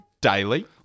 daily